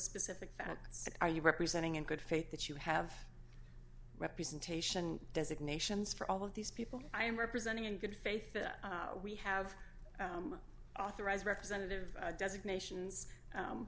specific facts are you representing in good faith that you have representation designations for all of these people i am representing in good faith that we have authorized representative designations